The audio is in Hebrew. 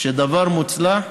שדבר מוצלח,